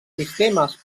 sistemes